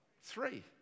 Three